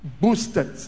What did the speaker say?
boosted